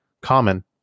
common